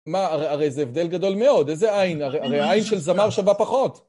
מה, הרי זה הבדל גדול מאוד, איזה עין, הרי העין של זמר שווה פחות.